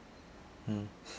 mm